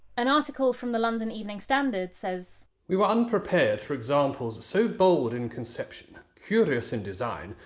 an article from the london evening standard says, we were unprepared for examples of so bold in conception, curious in design,